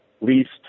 least